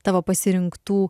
tavo pasirinktų